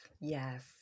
Yes